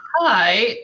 Hi